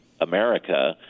America